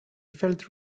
felt